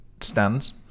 stands